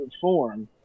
Form